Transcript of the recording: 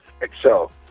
Excel